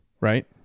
Right